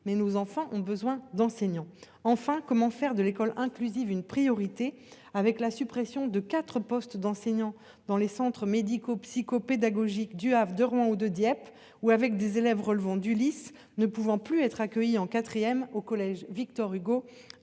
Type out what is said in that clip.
mais nos enfants ont besoin d'enseignants, enfin comment faire de l'école inclusive une priorité avec la suppression de 4 postes d'enseignants dans les centres médicaux psycho-pédagogiques du Havre de Rouen ou de Dieppe ou avec des élèves relevant du Lys, ne pouvant plus être accueillis en 4ème au collège Victor Hugo